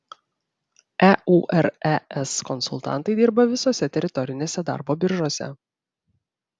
eures konsultantai dirba visose teritorinėse darbo biržose